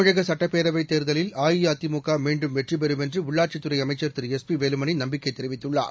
தமிழக சட்டப்பேரவைத் தேர்தலில் அஇஅதிமுக மீண்டும் வெற்றிபெறும் என்று உள்ளாட்சித் துறை அமைச்சர் திரு எஸ் பி வேலுமணி நம்பிக்கை தெரிவிததுள்ளார்